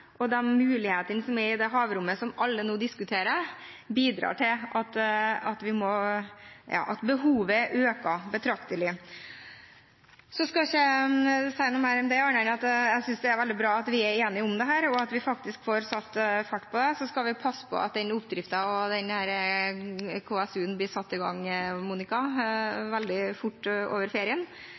og de mulighetene som er i det havrommet som alle nå diskuterer, bidrar til at behovet øker betraktelig. Så skal ikke jeg si mer, annet enn at jeg synes det er veldig bra at vi er enige om dette, og at vi faktisk får satt fart på det. Så skal vi passe på at den oppdriften og denne KVU-en blir satt i gang veldig fort over ferien,